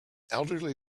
elderly